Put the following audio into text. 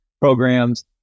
programs